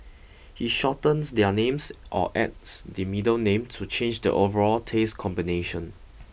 he shortens their names or adds the middle name to change the overall taste combination